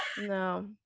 No